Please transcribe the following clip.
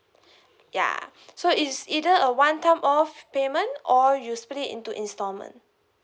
ya so it's either a one time off payment of you split it into instalment